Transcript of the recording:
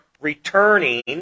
returning